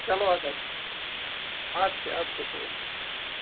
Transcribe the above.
چلو اَدا اَدٕ کیٛاہ اَدٕ کیٛاہ بہٕ وٕچھِ